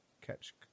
catch